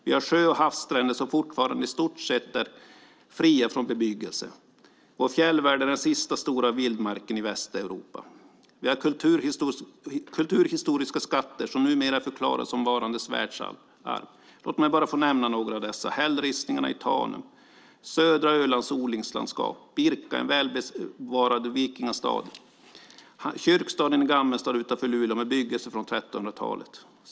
Vi har sjö och havsstränder som fortfarande i stort sett är fria från bebyggelse. Vår fjällvärld är den sista stora vildmarken i Västeuropa. Vi har kulturhistoriska skatter som numera är förklarade som varandes världsarv. Låt mig bara få nämna några av dessa: hällristningarna i Tanum, södra Ölands odlingslandskap, Birka, en välbevarad vikingastad och kyrkstaden i Gammelstad utanför Luleå med bebyggelse från 1300-talet.